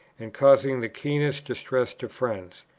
and causing the keenest distress to friends.